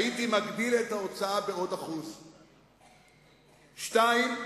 הייתי מגדיל את ההוצאה בעוד 1%. השני,